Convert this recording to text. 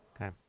Okay